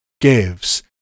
gives